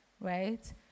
right